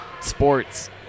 sports